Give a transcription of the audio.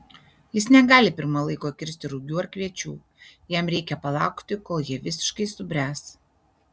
jis negali pirma laiko kirsti rugių ar kviečių jam reikia palaukti kol jie visiškai subręs